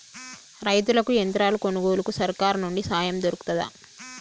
రైతులకి యంత్రాలు కొనుగోలుకు సర్కారు నుండి సాయం దొరుకుతదా?